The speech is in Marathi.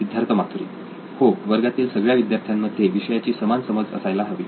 सिद्धार्थ मातुरी हो वर्गातील सगळ्या विद्यार्थ्यांमध्ये विषयाची समान समज असायला हवी